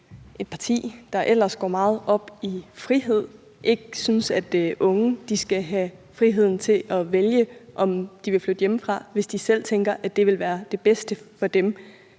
et parti, der ellers går meget op i frihed, ikke synes, at unge skal have friheden til at vælge, om de vil flytte hjemmefra, hvis de selv tænker, at det vil være det bedste for dem?